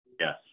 Yes